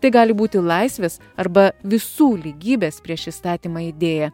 tai gali būti laisvės arba visų lygybės prieš įstatymą idėja